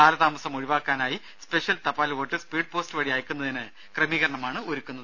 കാലതാമസം ഒഴിവാക്കാനായി സ്പെഷ്യൽ തപാൽ വോട്ട് സ്പീഡ് പോസ്റ്റ് വഴി അയക്കുന്നതിന് ക്രമീകരണമാണ് ഒരുക്കുന്നത്